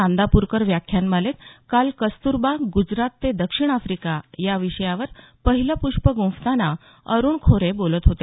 नांदापूरकर व्याख्यानमालेत काल कस्तुरबा गुजरात ते दक्षिण आफ्रिका या विषयावर पहिले पुष्प गंफताना अरुण खोरे बोलत होते